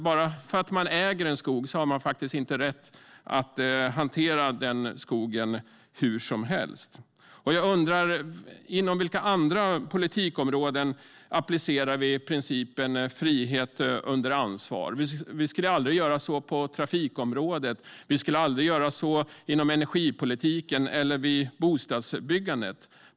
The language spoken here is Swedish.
Bara för att man äger en skog har man inte rätt att hantera den hur som helst, ska man komma ihåg. På vilka andra politikområden applicerar vi principen om frihet under ansvar? Vi skulle aldrig göra så på trafikområdet. Vi skulle aldrig göra så inom energipolitiken eller vid bostadsbyggandet.